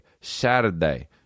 Saturday